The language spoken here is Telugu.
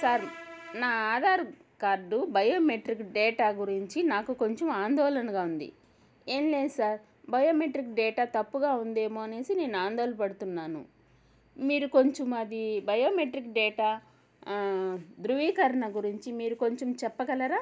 సార్ నా ఆధార్ కార్డ్ బయోమెట్రిక్ డేటా గురించి నాకు కొంచెం ఆందోళనగా ఉంది ఏం లేదు సార్ బయోమెట్రిక్ డేటా తప్పుగా ఉందేమో అనేసి నేను ఆందోళపడుతున్నాను మీరు కొంచెం అది బయోమెట్రిక్ డేటా ధృవీకరణ గురించి మీరు కొంచెం చెప్పగలరా